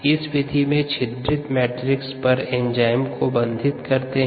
इस विधि में छिद्रित मैट्रिक्स पर एंजाइम्स को बंधित करते है